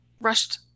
rushed